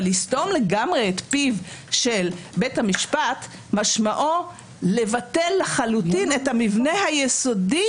אבל לסתום לגמרי את פיו של בית המשפט משמעו לבטל לחלוטין את המבנה היסודי